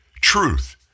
Truth